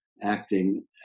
acting